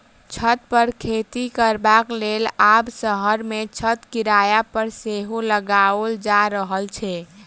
छत पर खेती करबाक लेल आब शहर मे छत किराया पर सेहो लगाओल जा रहल छै